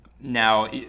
Now